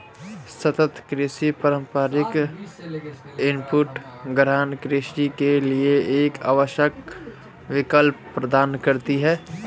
सतत कृषि पारंपरिक इनपुट गहन कृषि के लिए एक आवश्यक विकल्प प्रदान करती है